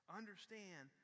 understand